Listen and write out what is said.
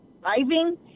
driving